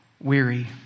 weary